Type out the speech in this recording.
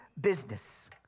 business